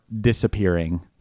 disappearing